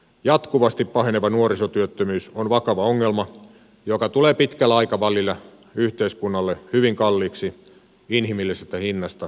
jatkuvasti paheneva nuorisotyöttömyys on vakava ongelma joka tulee pitkällä aikavälillä yhteiskunnalle hyvin kalliiksi inhimillisestä hinnasta puhumattakaan